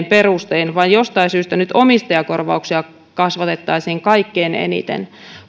perustein vaan jostain syystä nyt omistajakorvauksia kasvatettaisiin kaikkein eniten